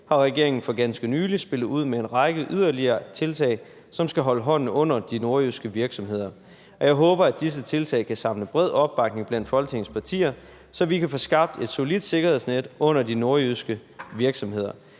har regeringen for ganske nylig spillet ud med en række yderligere tiltag, som skal holde hånden under de nordjyske virksomheder. Jeg håber, at disse tiltag kan samle bred opbakning blandt Folketingets partier, så vi kan få skabt et solidt sikkerhedsnet under de nordjyske virksomheder.